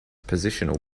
positional